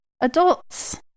adults